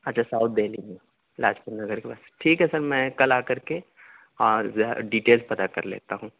اچھا ساؤتھ دہلی میں لاجپت نگر کے پاس ٹھیک ہے سر میں کل آ کر کے ڈٹیلس پتہ کر لیتا ہوں